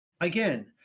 again